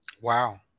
Wow